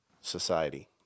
society